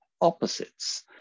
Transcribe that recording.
opposites